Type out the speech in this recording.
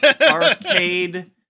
arcade